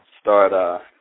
start